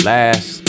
Last